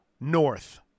north